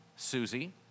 Susie